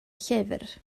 llyfr